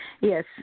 Yes